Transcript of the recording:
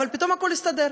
אבל פתאום הכול הסתדר.